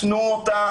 תנו אותה